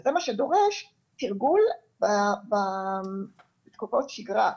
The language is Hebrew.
וזה מה שדורש תרגול בתקופות שגרה,